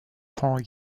four